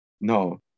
No